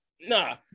Nah